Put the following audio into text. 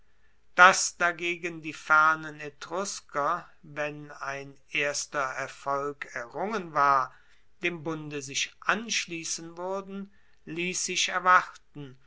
dass dagegen die fernen etrusker wenn ein erster erfolg errungen war dem bunde sich anschliessen wuerden liess sich erwarten